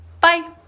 Bye